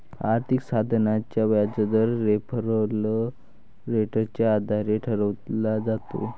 आर्थिक साधनाचा व्याजदर रेफरल रेटच्या आधारे ठरवला जातो